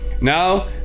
Now